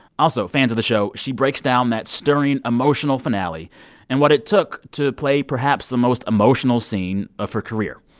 also, fans of the show, she breaks down that stirring emotional finale and what it took to play perhaps the most emotional scene of her career.